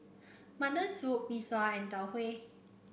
Mutton Soup Mee Sua and Tau Huay